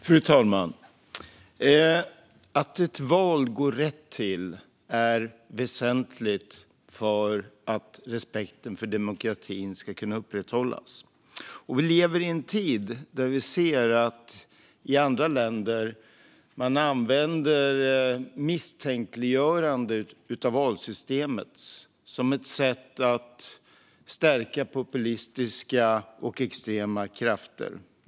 Fru talman! Att ett val går rätt till är väsentligt för att respekten för demokratin ska kunna upprätthållas. Vi lever i en tid där vi ser att man i andra länder använder misstänkliggörande av valsystemet som ett sätt att stärka populistiska och extrema krafter.